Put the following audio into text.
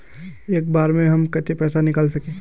एक बार में हम केते पैसा निकल सके?